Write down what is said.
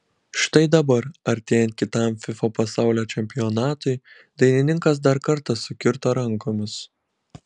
štai dabar artėjant kitam fifa pasaulio čempionatui dainininkas dar kartą sukirto rankomis